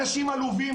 אנשים עלובים,